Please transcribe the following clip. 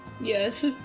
Yes